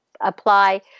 apply